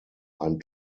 ein